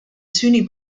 sunni